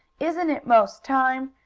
isn't it most time?